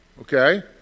Okay